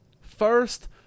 First